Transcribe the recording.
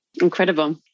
Incredible